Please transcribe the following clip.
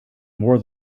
more